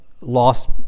lost